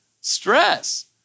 Stress